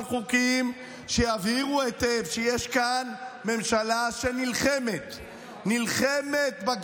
חוקים שיבהירו היטב שיש כאן מלחמה שנלחמת בגזענים,